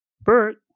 Bert